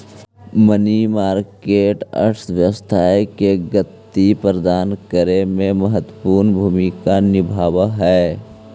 money market अर्थव्यवस्था के गति प्रदान करे में महत्वपूर्ण भूमिका निभावऽ हई